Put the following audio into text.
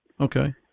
okay